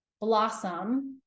blossom